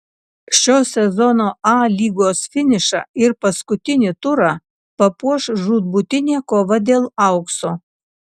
šio sezono a lygos finišą ir paskutinį turą papuoš žūtbūtinė kova dėl aukso